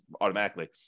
automatically